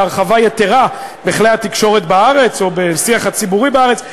בהרחבה יתרה בכלי התקשורת בארץ או בשיח הציבורי בארץ.